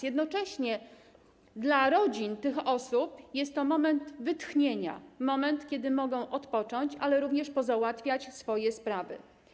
Jednocześnie dla rodzin tych osób jest to moment wytchnienia, moment, w którym mogą odpocząć, ale również pozałatwiać swoje sprawy.